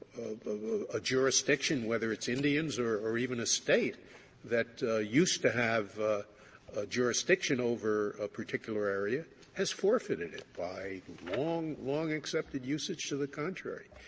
a jurisdiction, whether it's indians or or even a state that used to have a jurisdiction over a particular area has forfeited it by long, long-accepted usage to the contrary.